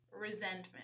resentment